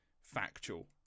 factual